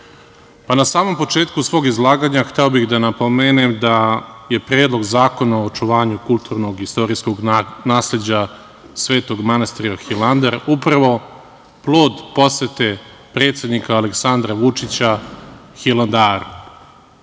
na samom početku svog izlaganja hteo bih da napomenem da je Predlog zakona o očuvanju kulturno-istorijskog nasleđa Svetog manastira Hilandar, upravo plod posete predsednika Aleksandra Vučića Hilandaru.